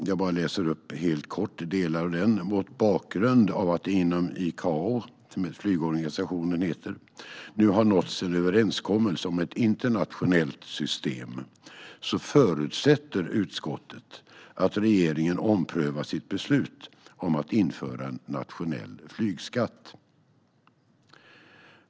Jag läser upp delar av det kort: "Mot bakgrund av att det inom ICAO nu har nåtts en överenskommelse om ett internationellt system förutsätter utskottet att regeringen omprövar sitt beslut om att införa en nationell flygskatt.